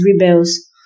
rebels